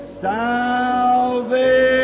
salvation